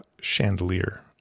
chandelier